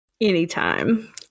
Anytime